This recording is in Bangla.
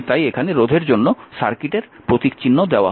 তাই এখানে রোধের জন্য সার্কিটের প্রতীকচিহ্ন দেওয়া হল